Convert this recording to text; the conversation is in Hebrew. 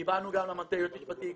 יועץ משפטי.